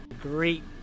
Great